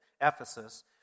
Ephesus